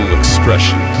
expression